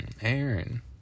Aaron